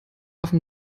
offen